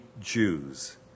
Jews